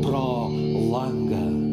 pro langą